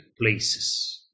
places